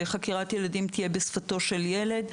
שחקירת ילדים תהיה בשפתו של הילד.